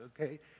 okay